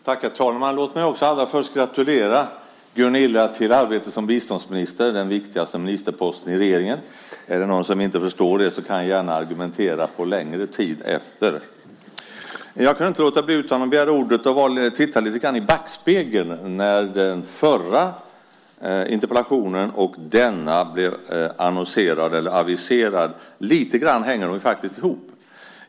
Herr talman! Låt mig allra först gratulera Gunilla Carlsson till arbetet som biståndsminister. Det är den viktigaste ministerposten i regeringen. Om någon inte förstår det kan jag gärna argumentera för detta efteråt. Jag vill titta lite grann i backspegeln med anledning av den här interpellationen och den förra interpellationen - de hänger faktiskt ihop.